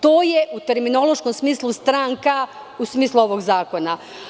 To je u terminološkom smislu stranka, u smislu ovog zakona.